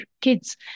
kids